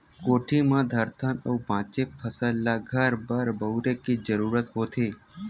कोठी म धरथन अउ बाचे फसल ल घर बर बउरे के जरूरत होथे